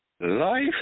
Life